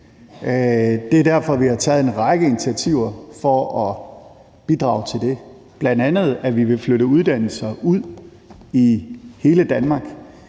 Det er derfor, at vi har taget en række initiativer for at bidrage til det, bl.a. at vi vil flytte uddannelser ud i hele Danmark;